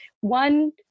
one